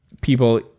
people